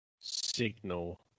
signal